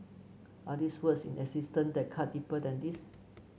are these words in existence that cut deeper than these